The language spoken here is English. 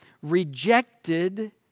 rejected